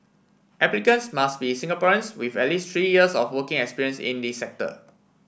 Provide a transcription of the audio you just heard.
applicants must be Singaporeans with at least three years of working experience in the sector